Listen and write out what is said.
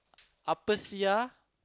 apa sia